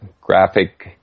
graphic